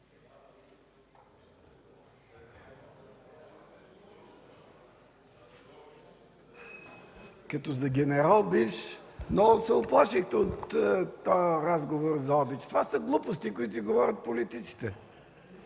Като за бивш генерал, много се уплашихте от този разговор за обич – това са глупости, които си говорят политиците.